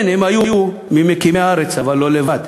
כן, היו ממקימי הארץ, אבל לא לבד.